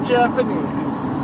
Japanese